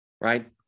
Right